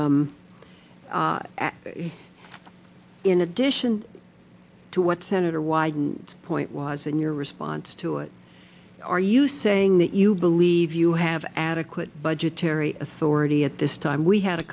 in addition to what senator wyden point was in your response to it are you saying that you believe you have adequate budgetary authority at this time we had a